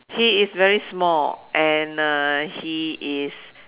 he is very small and uh he is